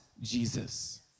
Jesus